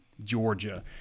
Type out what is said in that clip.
Georgia